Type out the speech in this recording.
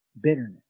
bitterness